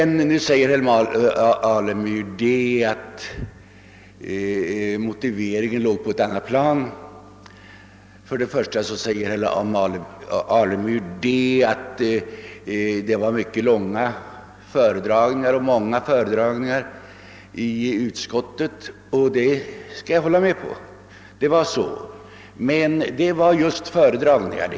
Nu säger herr Alemyr att motiveringen låg på ett annat plan; det var, säger han, i mycket långa och många föredragningar i utskottet. Det kan jag hålla med om. Men det var just föredragningar.